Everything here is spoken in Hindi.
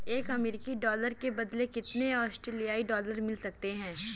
एक अमेरिकी डॉलर के बदले कितने ऑस्ट्रेलियाई डॉलर मिल सकते हैं?